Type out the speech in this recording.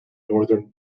northern